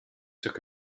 took